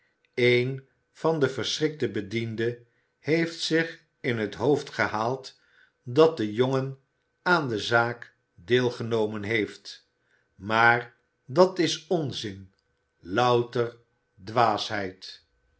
een van de verschrikte bedienden heeft zich in het hoofd gehaald dat de jongen aan de zaak deelgenomen heeft maar dat is onzin louter dwaasheid